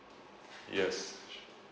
yes